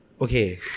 Okay